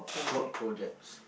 work projects